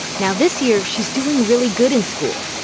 now this year, she's doing really good in school.